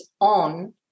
on